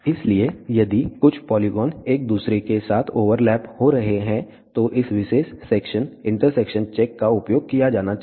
इसलिए यदि कुछ पोलीगोन एक दूसरे के साथ ओवरलैप हो रहे हैं तो इस विशेष सेक्शन इंटरसेक्शन चेक का उपयोग किया जाना चाहिए